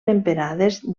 temperades